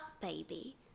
baby